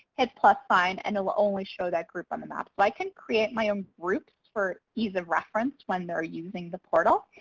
hit plus sign, and it will only show that group on the map. i can create my own groups for ease of reference when they're using the portal.